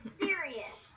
serious